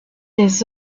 les